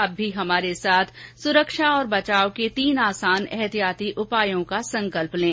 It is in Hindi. आप भी हमारे साथ सुरक्षा और बचाव के तीन आसान एहतियाती उपायों का संकल्प लें